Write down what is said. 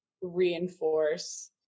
reinforce